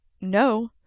no